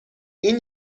این